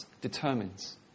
determines